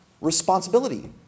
responsibility